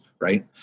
right